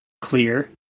clear